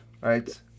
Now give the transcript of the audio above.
right